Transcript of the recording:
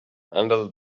handle